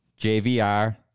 JVR